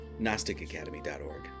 GnosticAcademy.org